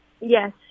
Yes